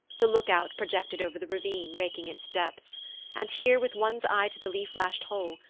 the look-out projected over the ravine, raking its depths and here, with one's eye to the leaf-lashed hole,